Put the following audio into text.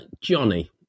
johnny